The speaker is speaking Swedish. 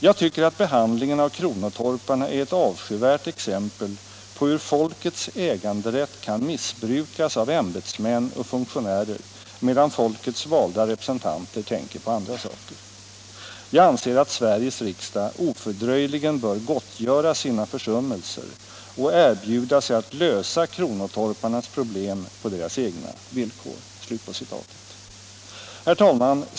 Jag tycker att behandlingen av kronotorparna är ett avskyvärt exempel på hur folkets äganderätt kan missbrukas av ämbetsmän och funktionärer, medan folkets valda representanter tänker på andra saker. Jag anser att Sveriges riksdag ofördröjligen bör gottgöra sina försummelser och erbjuda sig att lösa kronotorparnas problem på deras egna villkor.” Herr talman!